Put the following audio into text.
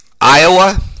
Iowa